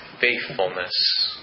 faithfulness